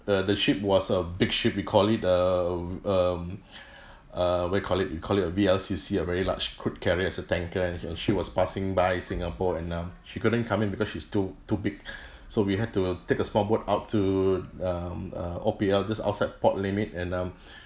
the the ship was a big ship we call it err um err what you call it we call it a V_L_C_C a very large crude carrier as a tanker and he she was passing by singapore and um she couldn't come in because she's too too big so we had to take a small boat out to um uh O_P_L just outside port limit and um